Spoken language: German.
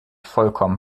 vollkommen